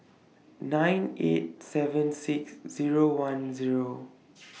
nine eight seven six Zero one Zero